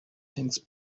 things